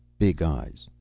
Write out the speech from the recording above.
big eyes,